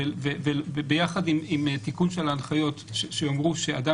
וביחד עם תיקון של ההנחיות שיאמרו שאדם